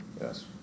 Yes